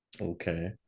Okay